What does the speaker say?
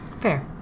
fair